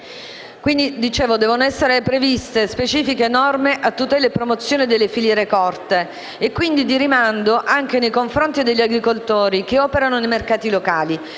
Presidente. Devono essere previste specifiche norme a tutela e promozione delle filiere corte e, quindi, di rimando, anche nei confronti degli agricoltori che operano nei mercati locali,